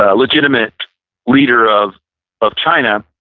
ah legitimate leader of of china.